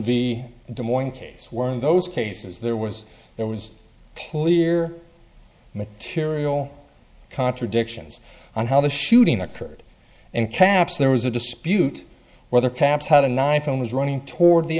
v demoing case where in those cases there was there was plea or material contradictions on how the shooting occurred in caps there was a dispute whether caps had a nine phone was running toward the